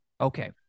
Okay